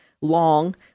long